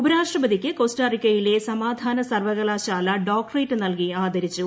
ഉപരാഷ്ട്രപതിക്ക് കോസ്റ്റാറിക്കയിലെ സമാധാന സർവ്വകലാശാല ഡോക്ടറേറ്റ് നൽകി ആദരിച്ചു